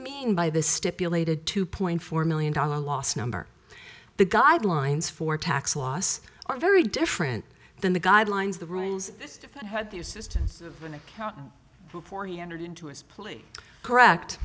mean by the stipulated two point four million dollar loss number the guidelines for tax loss are very different than the guidelines the rules that had the assistance of an accountant before he entered into his plea correct